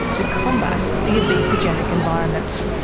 to combat the obesogenic environment.